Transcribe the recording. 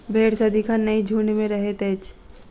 भेंड़ सदिखन नै झुंड मे रहैत अछि